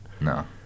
no